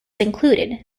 included